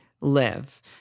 live